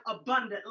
abundant